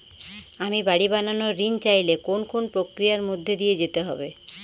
আমি বাড়ি বানানোর ঋণ চাইলে কোন কোন প্রক্রিয়ার মধ্যে দিয়ে যেতে হবে?